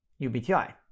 UBTI